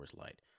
Light